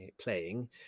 playing